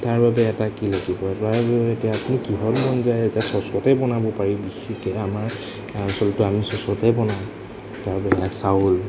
তাৰ বাবে এটা কি লাগিব তাৰবাবে এতিয়া আপুনি কিহত মন যায় এতিয়া চচতে বনাব পাৰি বিশেষকৈ আমাৰ অঞ্চলটো আমি চচতে বনাওঁ তাৰ বাবে চাউল